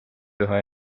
üha